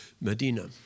Medina